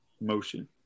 motion